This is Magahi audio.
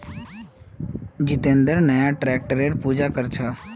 जितेंद्र नया ट्रैक्टरेर पूजा कर छ